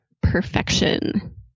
perfection